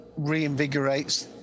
reinvigorates